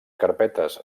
carpetes